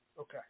Okay